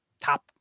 top